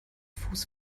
fuß